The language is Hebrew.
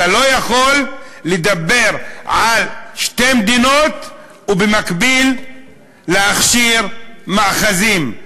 אתה לא יכול לדבר על שתי מדינות ובמקביל להכשיר מאחזים.